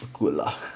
good lah